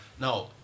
Now